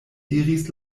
diris